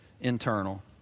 internal